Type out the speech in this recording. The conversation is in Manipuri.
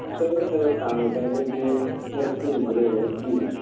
ꯀꯪꯇꯛꯅ ꯈꯔ ꯇꯥꯡꯉꯦ ꯀꯪꯇꯛꯇꯤ ꯃꯔꯤꯐꯨꯒꯨꯝꯕ ꯂꯩꯌꯦ ꯑꯩꯠꯇꯤꯒꯨꯝꯕ